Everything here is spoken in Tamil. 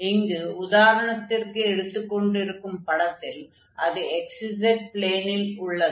இங்கு உதாரணத்திற்கு எடுத்துக் கொண்டிருக்கும் படத்தில் அது x z ப்ளேனில் உள்ளது